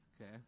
Okay